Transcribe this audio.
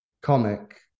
comic